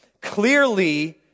clearly